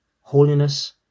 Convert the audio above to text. holiness